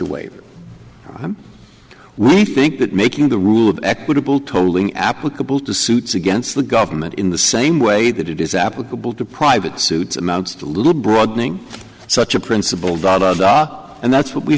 waiver we think that making the rule of equitable tolling applicable to suits against the government in the same way that it is applicable to private suits amounts to little broadening such a principle da da da and that's what we